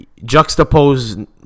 Juxtapose